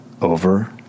over